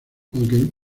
aunque